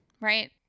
right